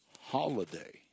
holiday